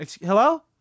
Hello